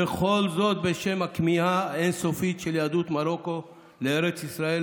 וכל זאת בשם הכמיהה האין-סופית של יהדות מרוקו לארץ ישראל,